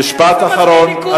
משפט אחרון.